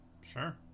Sure